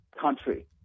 country